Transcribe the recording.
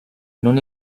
non